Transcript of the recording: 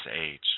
age